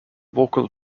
vocal